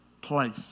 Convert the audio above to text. place